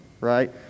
Right